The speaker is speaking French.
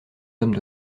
hommes